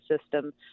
system